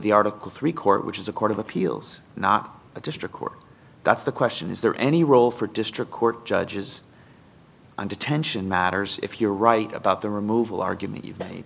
the article three court which is a court of appeals not a district court that's the question is there any role for district court judges on detention matters if you're right about the removal argument you've made